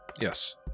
Yes